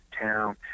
town